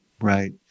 Right